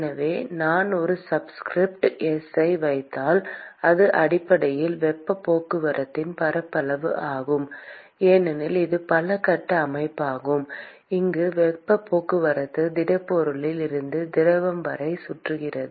எனவே நான் ஒரு சப்ஸ்கிரிப்ட் s ஐ வைத்தால் அது அடிப்படையில் வெப்பப் போக்குவரத்தின் பரப்பளவு ஆகும் ஏனெனில் இது பல கட்ட அமைப்பாகும் அங்கு வெப்பப் போக்குவரத்து திடப்பொருளில் இருந்து திரவம் வரை சுற்றுகிறது